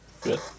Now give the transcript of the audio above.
good